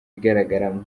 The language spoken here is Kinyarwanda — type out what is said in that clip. igaragaramo